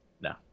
No